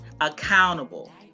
accountable